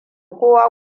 kowa